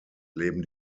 leben